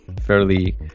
fairly